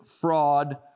fraud